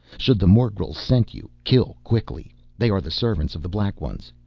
should the morgels scent you, kill quickly, they are the servants of the black ones.